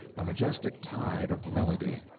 a majestic tide of melody.